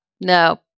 No